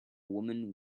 woman